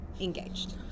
Engaged